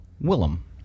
Willem